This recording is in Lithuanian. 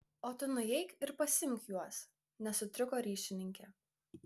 o tu nueik ir pasiimk juos nesutriko ryšininkė